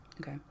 okay